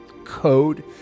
code